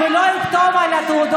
אני לא אבצע את תפקידי,